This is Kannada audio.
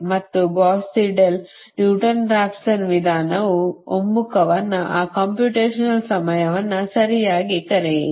ಮತ್ತು ಗೌಸ್ ಸೀಡೆಲ್ ನ್ಯೂಟನ್ ರಾಫ್ಸನ್ ವಿಧಾನವು ಒಮ್ಮುಖವನ್ನು ಆ ಕಂಪ್ಯೂಟೇಶನಲ್ ಸಮಯವನ್ನು ಸರಿಯಾಗಿ ಕರೆಯಿರಿ